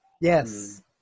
Yes